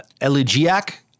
elegiac